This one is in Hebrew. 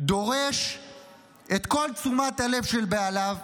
דורש את כל תשומת הלב של בעליו.